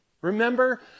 Remember